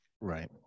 Right